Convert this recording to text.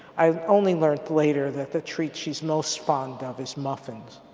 i only learned later that the treat she's most fond of is muffins.